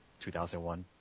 2001